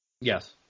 Yes